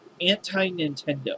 anti-Nintendo